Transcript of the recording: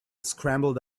scrambled